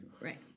Right